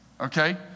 Okay